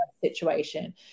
situation